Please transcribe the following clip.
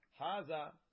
Haza